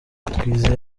twizeye